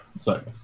Sorry